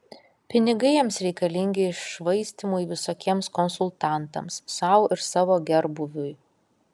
pinigai jiems reikalingi iššvaistymui visokiems konsultantams sau ir savo gerbūviui